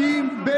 מתי שלחת אותי?